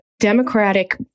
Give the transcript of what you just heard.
Democratic